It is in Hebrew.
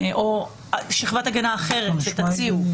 או שכבת הגנה אחרת שתציעו.